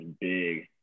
big